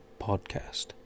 podcast